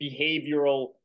behavioral